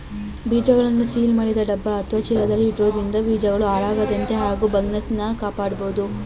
ಬೀಜಗಳನ್ನು ಸೀಲ್ ಮಾಡಿದ ಡಬ್ಬ ಅತ್ವ ಚೀಲದಲ್ಲಿ ಇಡೋದ್ರಿಂದ ಬೀಜಗಳು ಹಾಳಾಗದಂತೆ ಹಾಗೂ ಫಂಗಸ್ನಿಂದ ಕಾಪಾಡ್ಬೋದು